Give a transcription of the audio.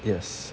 yes